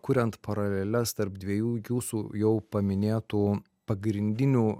kuriant paraleles tarp dviejų jūsų jau paminėtų pagrindinių